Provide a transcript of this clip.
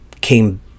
came